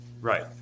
Right